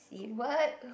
SEEB